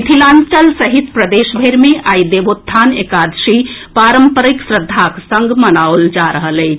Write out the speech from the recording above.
मिथिलांचल सहित प्रदेशभरि मे आई देवोत्थान एकादशी पारंपरिक श्रद्धाक संग मनाओल जा रहल अछि